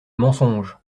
mensonge